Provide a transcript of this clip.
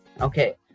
Okay